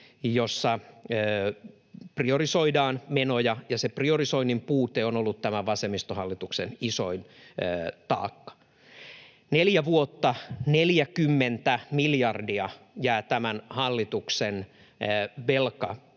jossa priorisoidaan menoja, ja se priorisoinnin puute on ollut tämän vasemmistohallituksen isoin taakka. Neljä vuotta, 40 miljardia jää tämän hallituksen